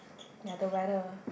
ya the weather